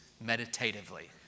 meditatively